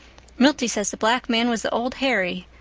milty says the black man was the old harry.